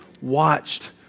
watched